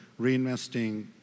reinvesting